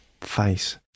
face